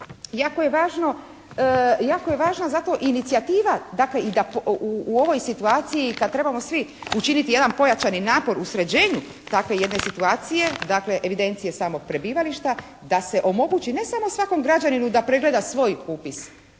Jako je važno zato inicijativa dakle i da u ovoj situaciji kad trebamo svi učiniti jedan pojačani napor u sređenju takve jedne situacije dakle evidencija samog prebivališta da se omogući ne samo svakom građaninu da pregleda svoj upis